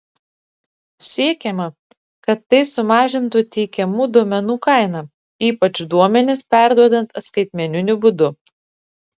siekiama kad tai sumažintų teikiamų duomenų kainą ypač duomenis perduodant skaitmeniniu būdu